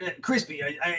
Crispy